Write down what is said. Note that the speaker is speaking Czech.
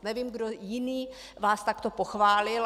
Nevím, kdo jiný vás takto pochválil.